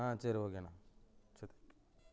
ஆ சரி ஓகேண்ணா சரி